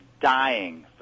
dying